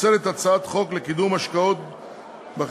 לפצל את הצעת חוק לקידום השקעות בחברות